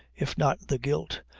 if not the guilt,